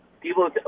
people